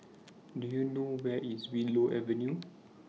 Do YOU know Where IS Willow Avenue